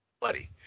buddy